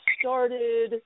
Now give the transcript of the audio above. started